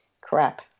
crap